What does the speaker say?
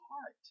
heart